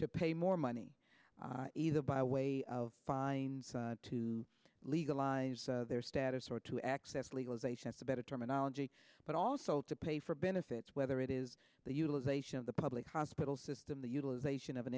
to pay more money either by way of fines to legalize their status or to access legalization at the better terminology but also to pay for benefits whether it is the utilization of the public hospital system the utilization of an